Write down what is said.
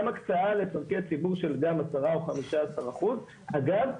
הקצאה לצרכי ציבור של גם 10% או 15%. אגב,